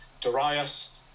Darius